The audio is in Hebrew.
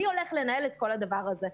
מי הולך לנהל את כל הדבר הזה?